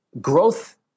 growth